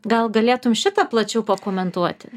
gal galėtum šitą plačiau pakomentuoti